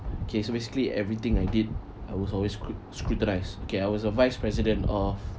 okay so basically everything I did I was always scru~ scrutinised okay I was a vice president of